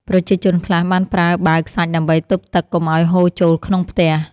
ប្រជាជនខ្លះបានប្រើបាវខ្សាច់ដើម្បីទប់ទឹកកុំឱ្យហូរចូលក្នុងផ្ទះ។